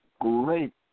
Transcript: great